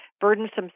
burdensome